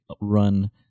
run